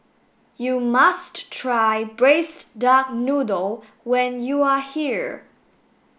you must try braised duck noodle when you are here